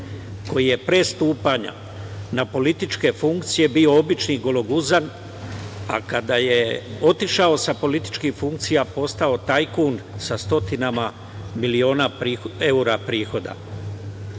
koji je pre stupanja na političke funkcije bio obični gologuzan, a kada je otišao sa političkih funkcija, postao tajkun sa stotinama miliona evra prihoda. Đilas